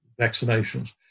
vaccinations